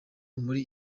muri